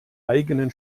eigenen